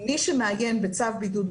אם יש לי עכשיו אסיר חולה שחפת,